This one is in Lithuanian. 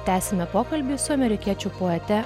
tęsime pokalbį su amerikiečių poete